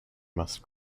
must